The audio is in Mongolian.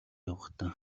явахдаа